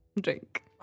Drink